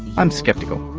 i'm skeptical.